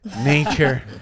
nature